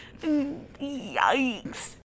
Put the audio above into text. Yikes